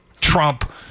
Trump